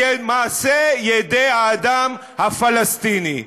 מעשי ידי האדם הפלסטיני.